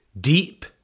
Deep